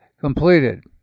completed